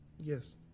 Yes